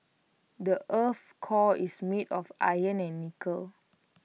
the Earth's core is made of iron and nickel